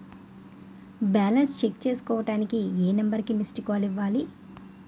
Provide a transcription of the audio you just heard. Balance check చేసుకోవటానికి ఏ number కి మిస్డ్ కాల్ ఇవ్వాలి?